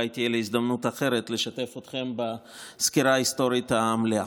אולי תהיה הזדמנות אחרת לשתף אתכם בסקירה ההיסטורית המלאה.